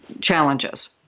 challenges